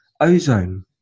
ozone